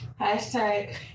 Hashtag